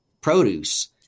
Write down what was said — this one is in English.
produce